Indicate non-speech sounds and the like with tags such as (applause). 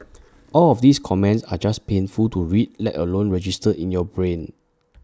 (noise) all of these comments are just painful to read let alone register in your brain